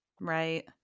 Right